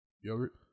Yogurt